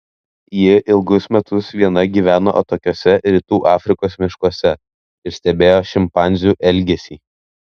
ji ilgus metus viena gyveno atokiuose rytų afrikos miškuose ir stebėjo šimpanzių elgesį